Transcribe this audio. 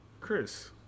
Chris